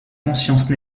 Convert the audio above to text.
conscience